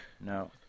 No